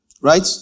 Right